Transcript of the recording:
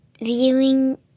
viewing